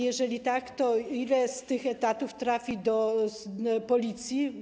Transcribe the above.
Jeżeli tak, to ile z tych etatów trafi do Policji?